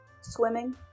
swimming